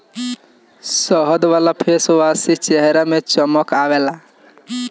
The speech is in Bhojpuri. शहद वाला फेसवाश से चेहरा में चमक आवेला